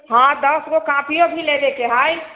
हँ दशगो कापिओ भी लेबेके हइ